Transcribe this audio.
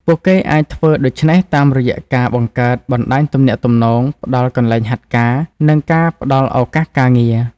ពួកគេអាចធ្វើដូច្នេះតាមរយៈការ បង្កើតបណ្តាញទំនាក់ទំនង ផ្តល់កន្លែងហាត់ការ និងការផ្តល់ឱកាសការងារ។